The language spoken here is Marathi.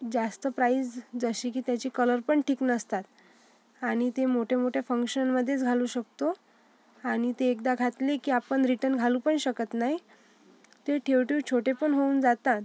जास्त प्राइस जशी की त्याची कलरपण ठीक नसतात आणि ते मोठ्या मोठ्या फंक्शनमध्येच घालू शकतो आणि ते एकदा घातले की आपण रीटन घालूपण शकत नाही ते ठेऊ ठेऊ छोटेपण होऊन जातात